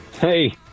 Hey